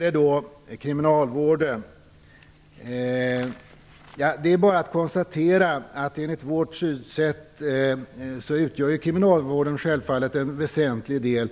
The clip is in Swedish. Det är bara att konstatera att enligt vårt synsätt utgör Kriminalvården självfallet en väsentlig del